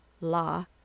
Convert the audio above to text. La